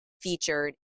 featured